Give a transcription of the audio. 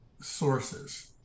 sources